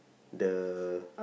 the